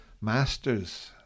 Masters